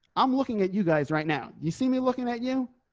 i'm looking at you guys right now you see me looking at you.